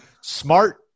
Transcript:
Smart